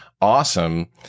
awesome